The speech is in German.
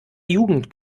jugend